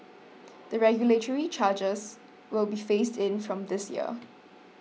the regulatory changes will be phased in from this year